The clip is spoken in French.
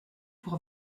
pour